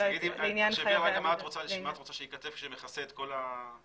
תחשבי מה את רוצה שייכתב שמכסה את כל האפשרויות.